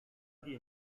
die